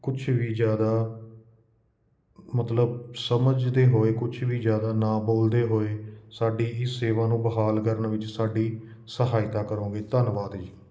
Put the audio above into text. ਕੁਛ ਵੀ ਜ਼ਿਆਦਾ ਮਤਲਬ ਸਮਝਦੇ ਹੋਏ ਕੁਛ ਵੀ ਜ਼ਿਆਦਾ ਨਾ ਬੋਲਦੇ ਹੋਏ ਸਾਡੀ ਹੀ ਸੇਵਾ ਨੂੰ ਬਹਾਲ ਕਰਨ ਵਿੱਚ ਸਾਡੀ ਸਹਾਇਤਾ ਕਰੋਗੇ ਧੰਨਵਾਦ ਜੀ